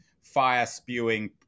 fire-spewing